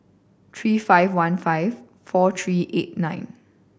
three five one five four three eight nine